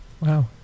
Wow